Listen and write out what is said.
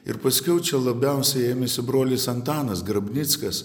ir paskiau čia labiausiai ėmėsi brolis antanas grabnickas